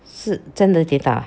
是真的跌倒 ah